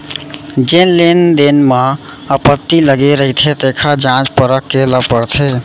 जेन लेन देन म आपत्ति लगे रहिथे तेखर जांच परख करे ल परथे